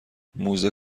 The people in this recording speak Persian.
موزه